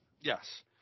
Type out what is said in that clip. yes